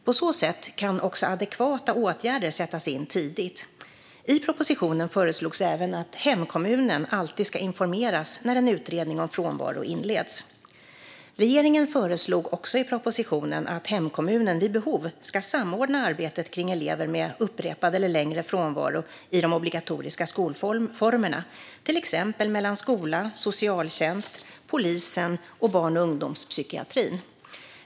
På så sätt kan också adekvata åtgärder sättas in tidigt. I propositionen föreslogs även att hemkommunen alltid ska informeras när en utredning om frånvaro inleds. Regeringen föreslog också i propositionen att hemkommunen vid behov ska samordna arbetet kring elever med upprepad eller längre frånvaro i de obligatoriska skolformerna, till exempel mellan skola, socialtjänst, polisen och barn och ungdomspsykiatrin.